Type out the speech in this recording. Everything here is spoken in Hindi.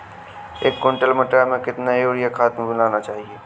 एक कुंटल मटर में कितना यूरिया खाद मिलाना चाहिए?